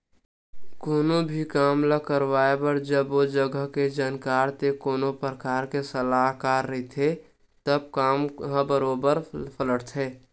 कोनो भी काम ल करवाए बर जब ओ जघा के जानकार ते कोनो परकार के सलाहकार रहिथे तब काम ह बरोबर सलटथे